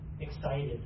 excited